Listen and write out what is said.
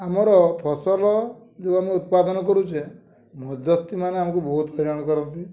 ଆମର ଫସଲ ଯୋଉ ଆମେ ଉତ୍ପାଦନ କରୁଛେ ମଧ୍ୟସ୍ଥିମାନେ ଆମକୁ ବହୁତ ହଇରାଣ କରନ୍ତି